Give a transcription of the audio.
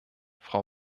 frau